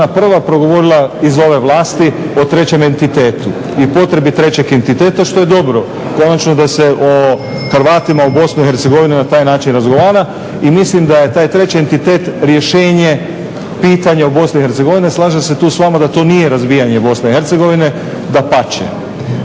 prva progovorila iz ove vlasti o trećem entitetu i potrebi trećeg entiteta što je dobro, konačno da se o Hrvatima u Bosni i Hercegovini na taj način razgovara. I mislim da je taj treći entitet rješenje pitanja o Bosni i Hercegovini. Ne slažem se tu s vama da to nije razvijanje Bosne